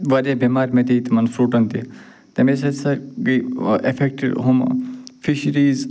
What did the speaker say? واریاہ بٮ۪مارِ مَتے تِمن فرٛوٹَن تہِ تَمی سۭتۍ ہسا گٔے وۄنۍ اٮ۪فٮ۪کٹ ہُم فِشریٖز